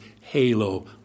halo